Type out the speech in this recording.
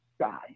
guy